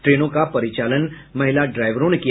ट्रेनों का भी परिचालन महिला ड्राईवरों ने किया